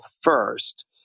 first